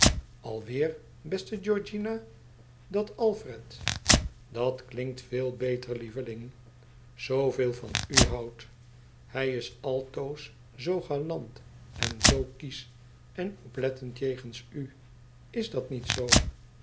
beste georgiana datalfred t dat klinkt veel beter lieveling t zooveel van u houdt hij is altoos zoo galant en zoo kiesch en oplettend jegens u is dat niet zoo